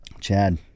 Chad